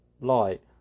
light